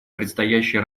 предстоящей